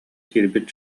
киирбит